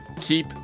Keep